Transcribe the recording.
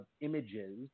images